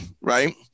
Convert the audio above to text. Right